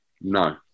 No